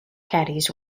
caddies